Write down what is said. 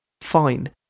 fine